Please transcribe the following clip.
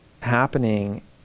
happening